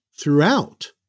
throughout